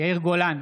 יאיר גולן,